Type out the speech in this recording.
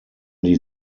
die